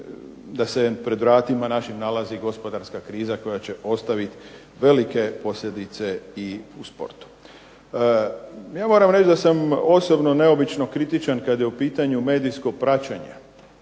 da se pred vratima našim nalazi gospodarska kriza koja će ostaviti velike posljedice i u sportu. Ja moram reći da sam osobno neobično kritičan kad je u pitanju medijsko praćenje